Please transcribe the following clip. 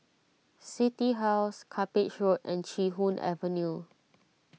City House Cuppage Road and Chee Hoon Avenue